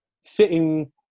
sitting